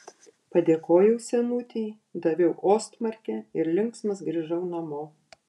padėkojau senutei daviau ostmarkę ir linksmas grįžau namo